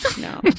No